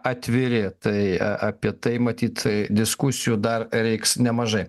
atviri tai a apie tai matyt diskusijų dar reiks nemažai